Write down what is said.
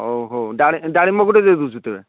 ହଉ ହଉ ଡାଳ ଡାଳିମ୍ବ ଗୋଟିଏ ଦେଉ ଦେଉଛି ତେବେ